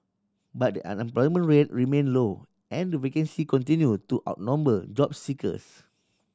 but the unemployment rate remain low and the vacancy continue to outnumber job seekers